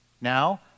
Now